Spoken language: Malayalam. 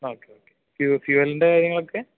ഓക്കെ ഓക്കെ ഫ്യൂവലിൻ്റെ കാര്യങ്ങളൊക്കെ